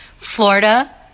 Florida